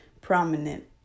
prominent